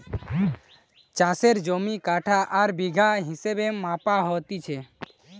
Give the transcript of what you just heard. চাষের জমি কাঠা আর বিঘা হিসেবে মাপা হতিছে